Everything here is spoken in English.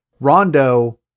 Rondo